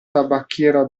tabacchiera